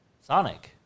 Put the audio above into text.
Sonic